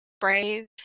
brave